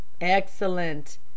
Excellent